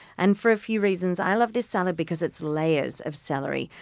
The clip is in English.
and for a few reasons. i love this salad because it's layers of celery.